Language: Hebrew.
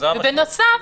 בנוסף,